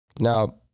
Now